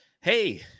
hey